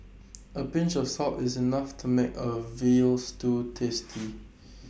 A pinch of salt is enough to make A Veal Stew tasty